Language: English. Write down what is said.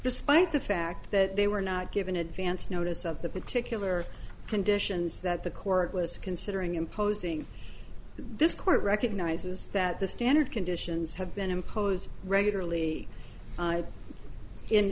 despite the fact that they were not given advance notice of the particular conditions that the court was considering imposing this court recognizes that the standard conditions have been imposed regularly i